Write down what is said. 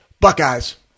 Buckeyes